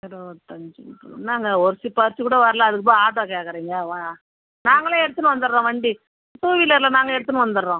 இருபத்தஞ்சு என்னங்க ஒரு சிப்பம் அரிசி கூட வரல அதுக்கு போயி ஆட்டோ கேட்கறிங்க நாங்களே எடுத்துன்னு வந்தடுறோம் வண்டி டூவீலரில் நாங்கள் எடுத்துன்னு வந்தடுறோம்